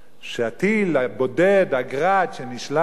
שהטיל הבודד, ה"גראד" שנשלח